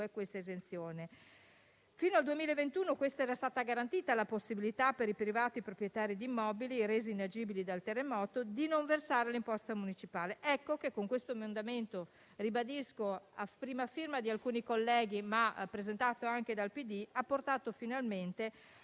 dicembre 2022. Fino al 2021 era stata garantita la possibilità per i privati proprietari di immobili resi inagibili dal terremoto di non versare l'imposta municipale. Questo mio emendamento, a prima firma di alcuni colleghi ma presentato anche dal PD, ha portato finalmente